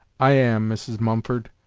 i am, mrs. mumford,